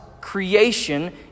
creation